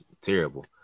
terrible